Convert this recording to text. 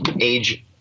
age